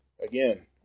Again